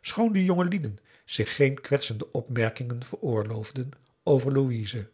schoon de jongelieden zich geen kwetsende opmerkingen veroorloofden over louise